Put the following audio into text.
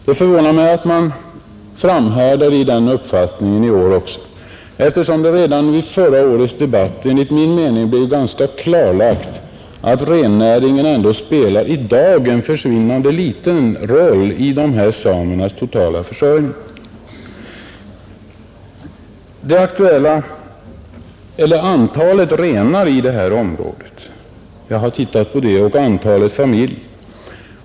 Det förvånar mig att man framhärdar i den uppfattningen också i år, eftersom det redan vid förra årets debatt enligt min mening blivit ganska klarlagt att rennäringen i dag ändå spelar en tämligen liten roll i de här samernas totala försörjning. Jag har tagit reda på både antalet renar i området och antalet familjer.